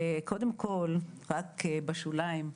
קודם כל, רק בשוליים,